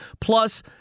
Plus